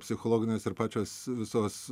psichologinės ir pačios visos